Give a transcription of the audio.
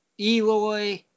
Eloy